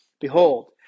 Behold